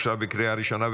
התשפ"ה 2024,